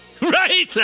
Right